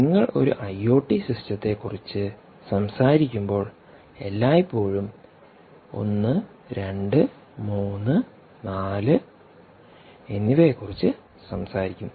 നിങ്ങൾ ഒരു ഐഒടിസിസ്റ്റത്തെക്കുറിച്ച് സംസാരിക്കുമ്പോൾ എല്ലായ്പ്പോഴും 1 2 3 4 എന്നിവയെക്കുറിച്ച് സംസാരിക്കും